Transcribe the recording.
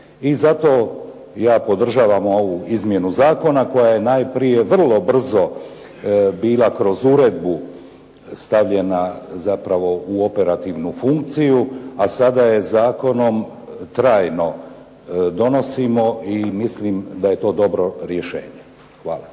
I zato ja podržavam ovu izmjenu zakona koja je najprije vrlo brzo bila kroz uredbu stavljena zapravo u operativnu funkciju, a sada je zakonom trajno donosimo i mislim da je to dobro rješenje. Hvala.